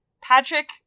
Patrick